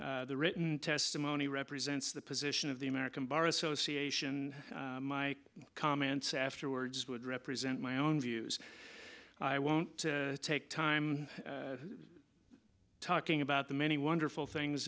written testimony represents the position of the american bar association my comments afterwards would represent my own views i won't take time talking about the many wonderful things